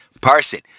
person